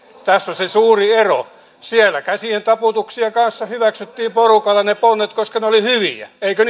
tässä on se suuri ero siellä käsien taputuksien kanssa hyväksyttiin porukalla ne ponnet koska ne olivat hyviä eikö